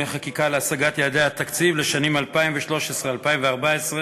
חקיקה להשגת יעדי התקציב לשנים 2013 ו-2014),